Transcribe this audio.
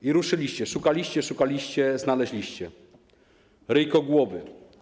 I ruszyliście, szukaliście, szukaliście, znaleźliście - ryjkogłowy.